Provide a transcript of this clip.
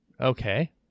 Okay